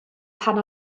pan